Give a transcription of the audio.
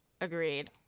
Agreed